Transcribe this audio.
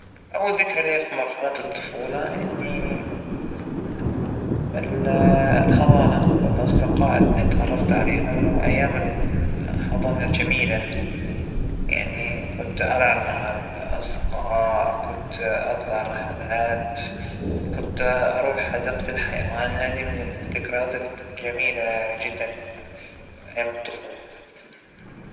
ما فى ذكرى معينة أحكى فيها، لكن كل مرحلة الطفولة حجتى كانت الحمد لله طفولة هادئة، وسعيدة وكانت سوية، كل طلباتى كانت مجابة، الف حمد وشكر إلك يارب، ما أنحرمت من شى، نشات بأسرة مرة سوية، ف- ما عندى ذكرى معينة.